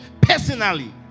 personally